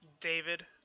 David